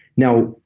now,